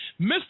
Mr